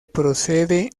procede